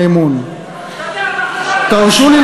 מה אתה רוצה?